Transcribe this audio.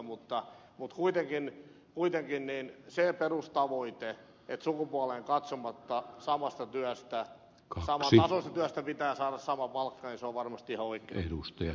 mutta kuitenkin se perustavoite että sukupuoleen katsomatta saman tasoisesta työstä pitää saada sama palkka on varmasti ihan oikein